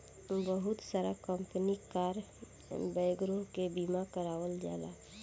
बहुत सारा company car वगैरह के बीमा करावल जाला